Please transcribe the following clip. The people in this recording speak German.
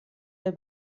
der